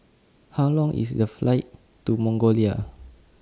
How Long IS The Flight to Mongolia